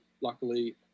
luckily